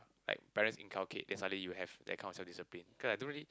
like parents inculcate then suddenly you have that kind of self discipline cause I don't really